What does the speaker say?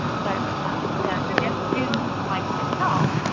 but the deaf students like myself